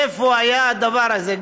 איפה היה כדבר הזה?